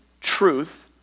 truth